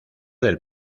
del